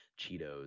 cheetos